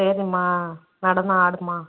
சரிம்மா நடனம் ஆடும்மா